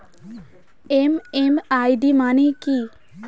MMID মানে কি?